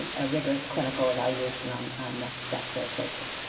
a rigorous clinical evaluation on next steps or approaches.